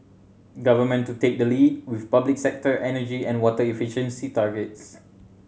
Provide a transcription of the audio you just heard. government to take the lead with public sector energy and water efficiency targets